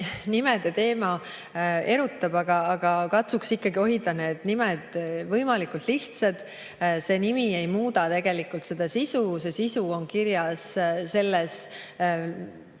nimede teema erutab, aga katsuks ikkagi hoida need nimed võimalikult lihtsad. Nimi ei muuda tegelikult sisu, see sisu on kirjas